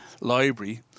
library